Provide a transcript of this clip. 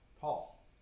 Paul